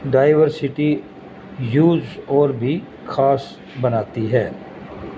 diversity یوز اور بھی خاص بناتی ہے